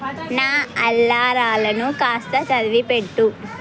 నా అలారాలను కాస్త చదివి పెట్టు